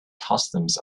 customs